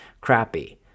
crappy